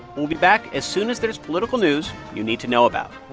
we'll be back as soon as there is political news you need to know about.